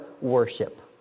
worship